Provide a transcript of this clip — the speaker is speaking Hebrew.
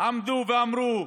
עמדו ואמרו: